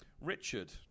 Richard